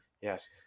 Yes